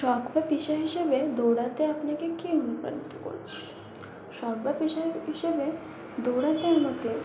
শখ বা পেশা হিসাবে দৌড়াতে আপনাকে কে অনুপ্রাণিত করেছিল শখ বা পেশা হিসাবে দৌড়াতে আমাকে